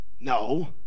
no